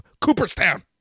Cooperstown